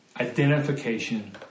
identification